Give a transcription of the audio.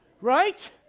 Right